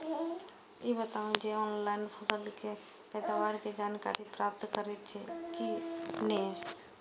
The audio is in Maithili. ई बताउ जे ऑनलाइन फसल के पैदावार के जानकारी प्राप्त करेत छिए की नेय?